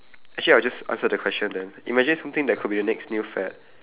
actually I'll just answer question then imagine something that could be the next new fad